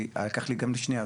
כי לקח לי גם שנייה,